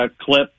clip